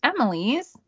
Emily's